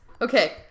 Okay